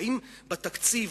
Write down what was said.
האם בתקציב,